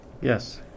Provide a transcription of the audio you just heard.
Yes